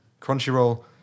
Crunchyroll